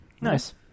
Nice